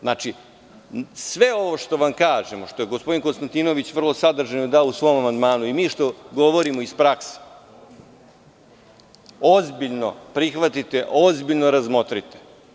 Znači, sve ovo što vam kažemo, što je gospodin Konstantinović vrlo sadržajno dao u svom amandmanu i što mi govorimo iz prakse, ozbiljno prihvatite, ozbiljno razmotrite.